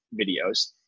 videos